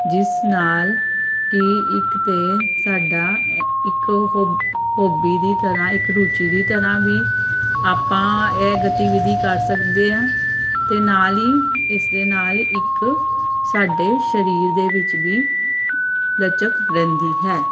ਜਿਸ ਨਾਲ ਕਿ ਇੱਕ ਤਾਂ ਸਾਡਾ ਇੱਕ ਹੋਬੀ ਹੋਬੀ ਦੀ ਤਰ੍ਹਾਂ ਇੱਕ ਰੁਚੀ ਦੀ ਤਰ੍ਹਾਂ ਵੀ ਆਪਾਂ ਇਹ ਗਤੀਵਿਧੀ ਕਰ ਸਕਦੇ ਹਾਂ ਅਤੇ ਨਾਲ ਹੀ ਇਸ ਦੇ ਨਾਲ ਇੱਕ ਸਾਡੇ ਸਰੀਰ ਦੇ ਵਿੱਚ ਵੀ ਲਚਕ ਰਹਿੰਦੀ ਹੈ